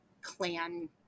clan